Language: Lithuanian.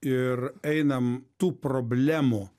ir einam tų problemų